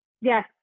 Yes